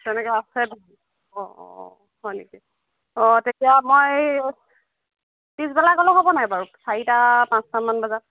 তেনেকুৱা আছে অঁ অঁ হয় নেকি অঁ তেতিয়া মই পিছবেলা গ'লে হ'ব নাই বাৰু চাৰিটা পাঁচটামান বজাত